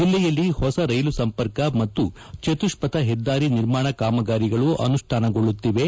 ಜಿಲ್ಲೆಯಲ್ಲಿ ಹೊಸ ರೈಲು ಸಂಪರ್ಕ ಮತ್ತು ಚತುಷ್ಪಥ ಹೆದ್ದಾರಿ ನಿರ್ಮಾಣ ಕಾಮಗಾರಿಗಳು ಅನುಷ್ಠಾನಗೊಳ್ಳುತ್ತಿವೆ